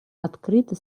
открыто